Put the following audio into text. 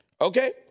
Okay